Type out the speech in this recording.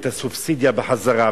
את הסובסידיה בחזרה,